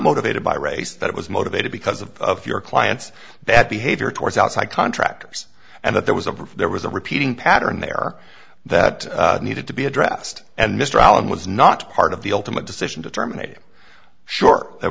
motivated by race that it was motivated because of your client's bad behavior towards outside contractors and that there was a prefer that was a repeating pattern there that needed to be addressed and mr allen was not part of the ultimate decision to terminate short that